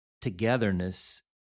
togetherness